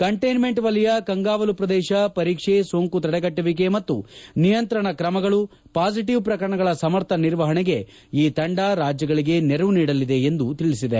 containment ವಲಯ ಕಂಗಾವಲು ಪ್ರದೇಶ ಪರೀಕ್ಷ ಸೋಂಕು ತಡೆಗಟ್ಟುವಿಕೆ ಮತ್ತು ನಿಯಂತ್ರಣಕ್ಕೆ ಕ್ರಮಗಳು ಪಾಸಿಟಿವ್ ಪ್ರಕರಣಗಳ ಸಮರ್ಥ ನಿರ್ವಹಣೆಗೆ ಈ ತಂಡ ರಾಜ್ಯಗಳಿಗೆ ನೆರವು ನೀಡಲಿದೆ ಎಂದು ತಿಳಿಸಿದೆ